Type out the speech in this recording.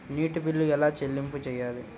నీటి బిల్లు ఎలా చెల్లింపు చేయాలి?